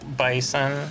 bison